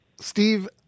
Steve